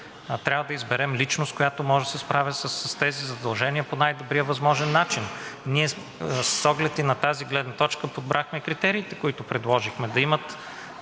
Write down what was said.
трябва да изберем личност, която може да се справя с тези задължения по най-добрия възможен начин. С оглед и на тази гледна точка подбрахме и критериите, които предложихме – да имат